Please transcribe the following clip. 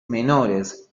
menores